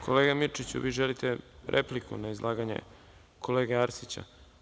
Kolega Mirčiću, vi želite repliku na izlaganje kolege Arsića?